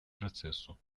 процессу